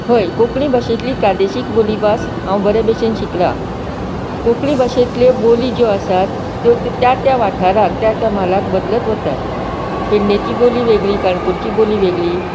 हय कोंकणी भाशेतली प्रादेशीक बोली भास हांव बरें भशेन शिकलां कोंकणी भाशेंतल्यो बोली ज्यो आसात त्यो त्या त्या वाठारांत त्या त्या म्हालांत बदलत वतात पेडणेची बोली वेगळी काणकोणची बोली वेगळी